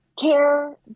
care